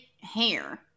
hair